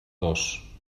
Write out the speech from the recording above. dos